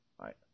Right